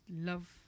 love